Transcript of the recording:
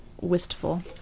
Wistful